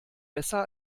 besser